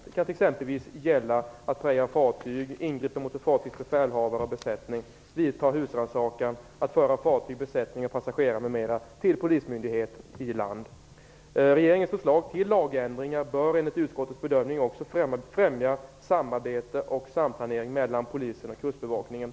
Det kan exempelvis gälla att preja fartyg, ingripa mot ett fartygs befälhavare och besättning, vidta husrannsakan, föra fartygs besättning och passagerare m.m. Regeringens förslag till lagändringar bör enligt utskottets bedömning också främja samarbete och samplanering mellan polisen och kustbevakningen.